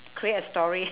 create a story